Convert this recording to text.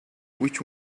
which